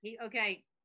Okay